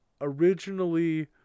originally